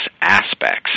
aspects